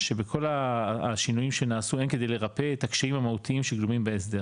שבכל השינויים שנעשו אין כדי לרפא את הקשיים המהותיים שגלומים בהסדר,